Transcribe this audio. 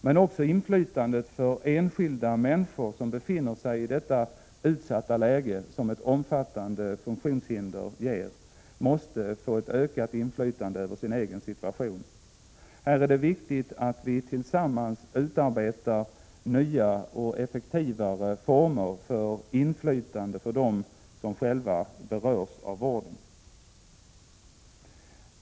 Men även de enskilda människor som befinner sig i det utsatta läge som ett omfattande funktionshinder ger måste få ett ökat inflytande över sin egen situation. Här är det viktigt att vi tillsammans utarbetar nya och effektivare former för inflytande för dem som själva berörs av vården.